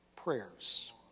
Prayers